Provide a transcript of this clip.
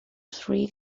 three